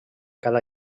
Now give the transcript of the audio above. cada